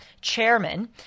chairman